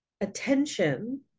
attention